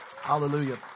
Hallelujah